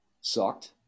sucked